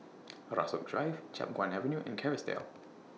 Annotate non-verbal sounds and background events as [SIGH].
[NOISE] Rasok Drive Chiap Guan Avenue and Kerrisdale